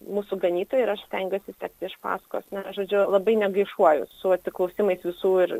mūsų ganytojai ir aš stengiuosi sekti iš paskos na žodžiu labai negaišuoju su atsiklausimais visų ir